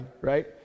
right